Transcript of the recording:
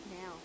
now